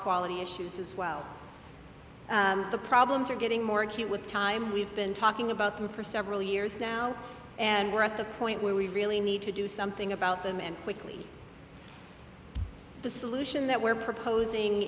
quality issues as well the problems are getting more acute with time we've been talking about them for several years now and we're at the point where we really need to do something about them and quickly the solution that we're proposing